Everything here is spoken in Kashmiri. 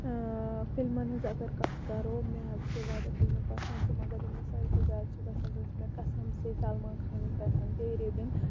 فلمَن ہٕنٛز اگر کتھ کرو مےٚ حظ چھ واریاہ فِلمہٕ پَسَنٛد تہٕ مگر یہِ مےٚ ساروٕے کھۄتہٕ زیادٕ چھِ پَسَنٛد سۄ چھِ مےٚ قَسَم سے سَلمان خانٕنۍ پَسَنٛد تیرے بِن